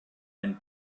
and